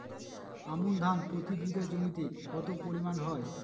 আমন ধান প্রতি বিঘা জমিতে কতো পরিমাণ হয়?